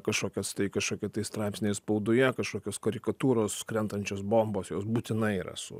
kažkokios tai kažkokie tai straipsniai spaudoje kažkokios karikatūros krentančios bombos jos būtinai yra su